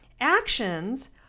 actions